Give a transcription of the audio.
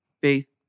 Faith